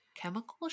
Chemical